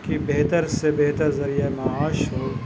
کہ بہتر سے بہتر ذریعہ معاش ہو